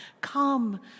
Come